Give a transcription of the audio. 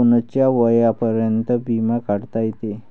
कोनच्या वयापर्यंत बिमा काढता येते?